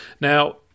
Now